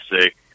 sick